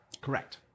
correct